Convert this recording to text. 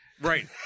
right